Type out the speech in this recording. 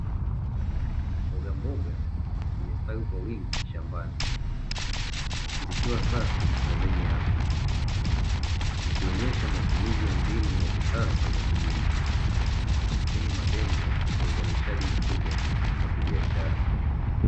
Mbogamboga zimestawi kwa wingi shambani, zikiwa safi na zenye afya; zikionyesha matumizi ya mbinu za kisasa za kilimo chenye malengo na uzalishaji mkubwa wa kibiashara.